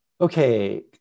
Okay